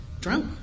drunk